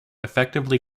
effectively